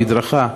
למדרכה,